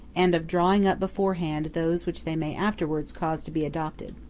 and of drawing up beforehand those which they may afterwards cause to be adopted.